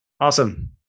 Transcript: Awesome